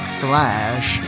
slash